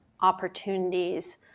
opportunities